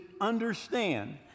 understand